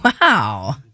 Wow